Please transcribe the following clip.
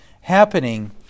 happening